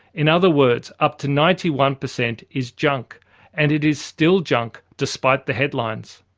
in other words, up to ninety one per cent is junk and it is still junk despite the headlines.